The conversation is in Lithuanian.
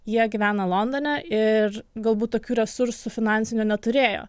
jie gyvena londone ir galbūt tokių resursų finansinių neturėjo